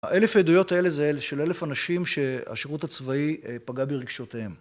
האלף עדויות האלה זה של אלף אנשים שהשירות הצבאי פגע ברגשותיהם